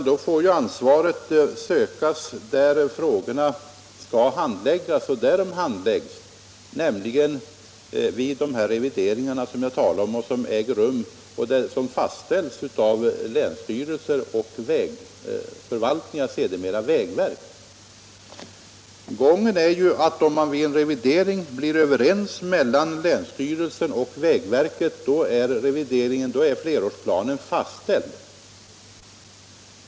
Då får ansvaret sökas där frågorna handläggs, nämligen vid dessa revideringar som jag talade om och som fastställs av länsstyrelser och vägförvaltningar, sedermera vägverket. Gången är ju att om man vid en revidering blir överens mellan länsstyrelsen och vägverket, är flerårsplanen fastställd.